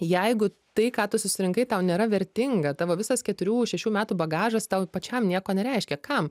jeigu tai ką tu susirinkai tau nėra vertinga tavo visas keturių šešių metų bagažas tau pačiam nieko nereiškia kam